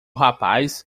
rapaz